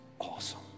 awesome